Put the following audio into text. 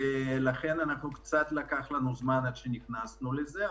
ולכן קצת לקח לנו זמן עד שנכנסנו לזה,